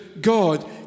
God